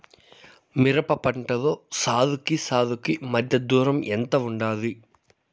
మిరప పంటలో సాలుకి సాలుకీ మధ్య దూరం ఎంత వుండాలి?